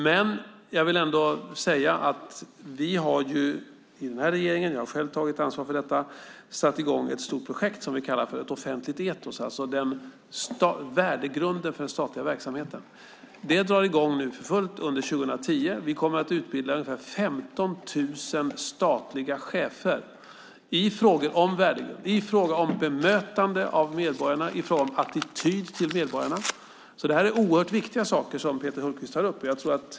Men jag vill ändå säga att vi i denna regering - jag har själv tagit ansvar för detta - har satt i gång ett stort projekt för ett offentligt etos, en värdegrund för den statliga verksamheten. Det drar i gång under 2010. Vi kommer att utbilda 15 000 statliga chefer i frågor om värdegrund, bemötande av medborgarna och attityd till medborgarna. Det är oerhört viktiga saker som Peter Hultqvist tar upp.